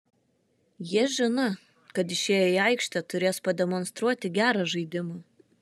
jie žino kad išėję į aikštę turės pademonstruoti gerą žaidimą